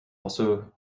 also